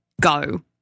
go